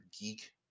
geek